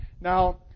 Now